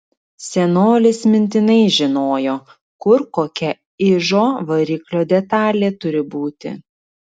senolis mintinai žinojo kur kokia ižo variklio detalė turi būti